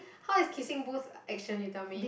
how is Kissing Booth action you tell me